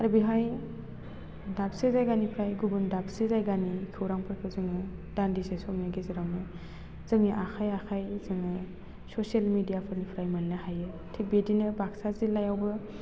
आरो बेहाय दाबसे जायगानिफ्राय गुबुन दाबसे जायगानि खौरांफोरखौ जोङो दान्दिसे समनि गेजेरावनो जोंनि आखाइ आखाइ जोङो ससीयेल मेडियाफोरनिफ्राय मोनो हायो थिक बिदिनो बाक्सा जिल्लायावबो